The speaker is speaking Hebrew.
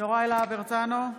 יוראי להב הרצנו,